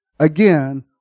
Again